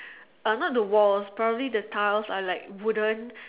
uh not the walls probably the tiles are like wooden